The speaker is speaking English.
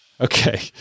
Okay